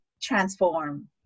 transform